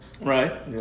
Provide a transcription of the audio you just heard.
Right